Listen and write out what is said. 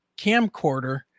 camcorder